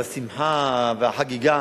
על השמחה והחגיגה